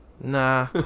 Nah